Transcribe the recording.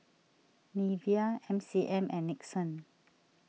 Nivea M C M and Nixon